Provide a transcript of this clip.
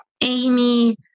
Amy